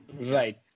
Right